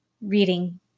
reading